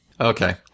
Okay